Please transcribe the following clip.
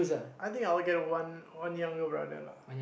I think I'll get one one younger brother lah